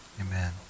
Amen